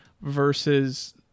versus